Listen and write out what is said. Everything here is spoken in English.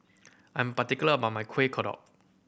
I am particular about my Kueh Kodok